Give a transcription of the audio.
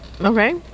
Okay